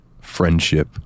friendship